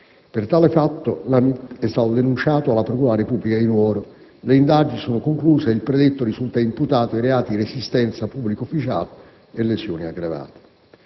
Per tale fatto l'Hamit è stato denunciato alla procura della Repubblica di Nuoro, le indagini si sono concluse e il predetto risulta imputato dei reati di resistenza a pubblico ufficiale e lesioni aggravate.